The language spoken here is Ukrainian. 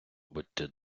будьте